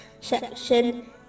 section